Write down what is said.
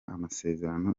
amasezerano